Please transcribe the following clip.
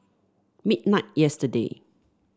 midnight yesterday